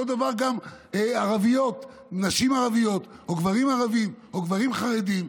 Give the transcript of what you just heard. אותו דבר גם נשים ערביות או גברים ערבים או גברים חרדים,